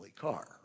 car